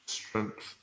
strength